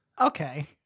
Okay